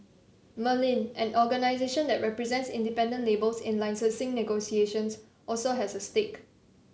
Merlin an organisation that represents independent labels in licensing negotiations also has a stake